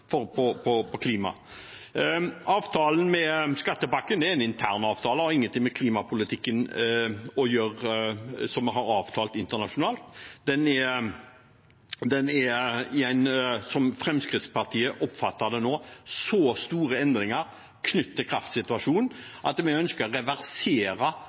klima. Avtalen om skattepakken er en intern avtale og har ingenting med klimapolitikken som vi har avtalt internasjonalt, å gjøre. Det er nå, slik Fremskrittspartiet oppfatter det, så store endringer knyttet til kraftsituasjonen at vi ønsker å reversere